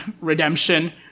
redemption